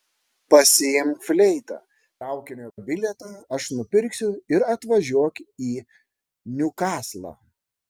pasiimk fleitą traukinio bilietą aš nupirksiu ir atvažiuok į niukaslą